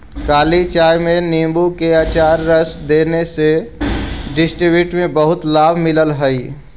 काली चाय में नींबू के अचार का रस देने से डिसेंट्री में बहुत लाभ मिलल हई